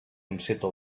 enceta